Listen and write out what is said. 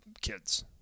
kids